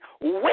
wait